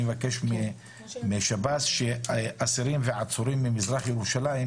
מבקש משב"ס שאסירים ועצורים ממזרח ירושלים,